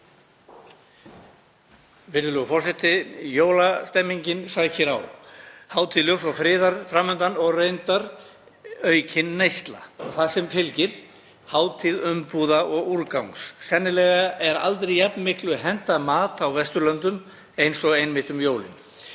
Virðulegur forseti. Jólastemningin sækir að, hátíð ljóss og friðar er fram undan og reyndar aukin neysla og það sem fylgir, hátíð umbúða og úrgangs. Sennilega er aldrei jafn miklu hent af mat á Vesturlöndum eins og einmitt um jólin.